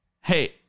Hey